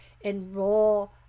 enroll